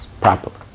properly